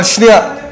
אבל שנייה,